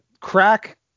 crack